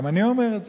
גם אני אומר את זה.